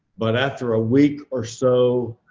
but after a week or so,